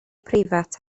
preifat